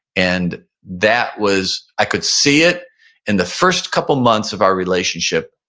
and that was, i could see it in the first couple months of our relationship,